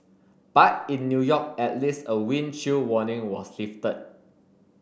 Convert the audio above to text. but in New York at least a wind chill warning was lifted